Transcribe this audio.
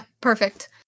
perfect